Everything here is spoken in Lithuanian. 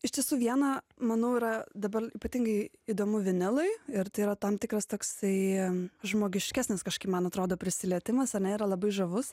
iš tiesų viena manau yra dabar ypatingai įdomu vinilai ir tai yra tam tikras toksai žmogiškesnis kažkaip man atrodo prisilietimas ane yra labai žavus